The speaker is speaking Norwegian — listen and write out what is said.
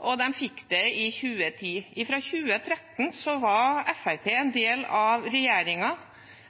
og de fikk det i 2010. Fra 2013 var Fremskrittspartiet en del av